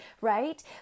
right